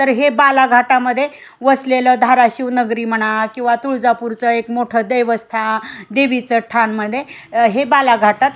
तर हे बालाघाटामध्ये वसलेलं धाराशिव नगरी म्हणा किंवा तुळजापूरचं एक मोठं देवस्थान देवीचं स्थानमध्ये हे बालाघाटात